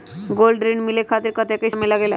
Gold ऋण मिले खातीर कतेइक समय लगेला?